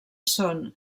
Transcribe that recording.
són